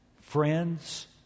friends